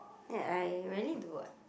ya I rarely do what